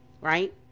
right